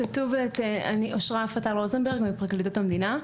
פרקליטות המדינה.